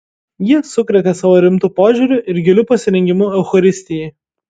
ji sukrėtė savo rimtu požiūriu ir giliu pasirengimu eucharistijai